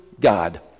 God